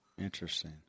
Interesting